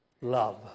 love